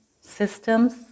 systems